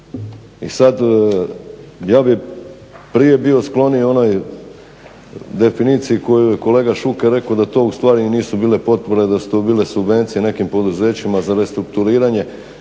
I sad ja bih prije bio skloniji onoj definiciji koju je kolega Šuker rekao da to ustvari i nisu bile potpore, da su to bile subvencije nekim poduzećima za restrukturiranje